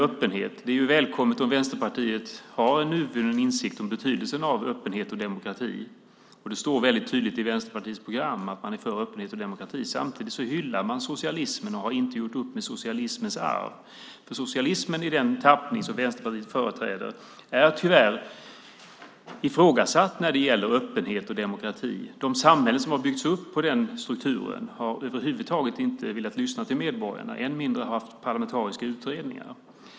Det är välkommet om Vänsterpartiet har en uttalad insikt om betydelsen av öppenhet och demokrati. Det står tydligt i Vänsterpartiets program att man är för öppenhet och demokrati. Samtidigt hyllar man socialismen och har inte gjort upp med socialismens arv. Socialismen i den tappning som Vänsterpartiet företräder är tyvärr ifrågasatt när det gäller öppenhet och demokrati. De samhällen som har byggts upp på den strukturen har över huvud taget inte velat lyssna på medborgarna, ännu mindre haft parlamentariska utredningar.